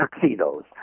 tuxedos